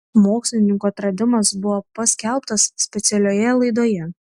mokslininkų atradimas buvo paskelbtas specialioje laidoje